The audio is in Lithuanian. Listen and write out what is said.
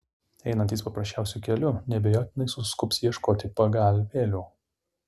einantys paprasčiausiu keliu neabejotinai suskubs ieškoti pagalvėlių